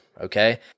okay